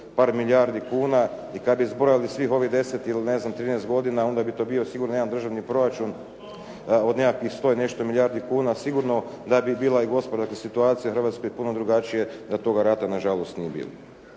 par milijardi kuna i kada bi zbrojili svih ovih deset ili ne znam 13 godina onda bi to bio sigurno jedan državni proračun od nekakvih 100 i nešto milijardi kuna, sigurno da bi bila i gospodarska situacija u Hrvatskoj puno drugačija da toga rata na žalost nije bilo.